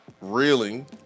reeling